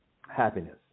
happiness